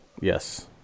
Yes